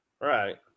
Right